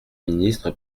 ministre